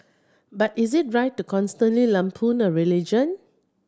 but is it right to constantly lampoon a religion